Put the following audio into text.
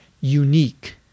unique